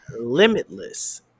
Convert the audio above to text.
Limitless